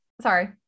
Sorry